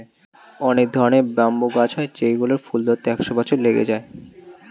অনেক ধরনের ব্যাম্বু গাছ হয় যেই গুলোর ফুল ধরতে একশো বছর লেগে যায়